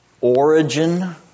Origin